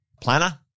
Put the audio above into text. planner